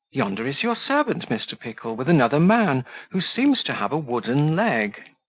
yonder is your servant, mr. pickle, with another man who seems to have a wooden leg.